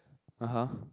(uh huh)